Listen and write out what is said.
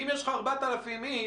שאם יש לך 4,000 איש,